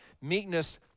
meekness